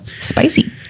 Spicy